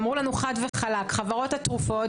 ואמרו לנו חד וחלק שחברות התרופות